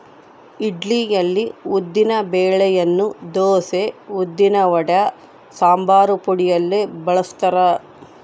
ಇಡ್ಲಿಯಲ್ಲಿ ಉದ್ದಿನ ಬೆಳೆಯನ್ನು ದೋಸೆ, ಉದ್ದಿನವಡ, ಸಂಬಾರಪುಡಿಯಲ್ಲಿ ಬಳಸ್ತಾರ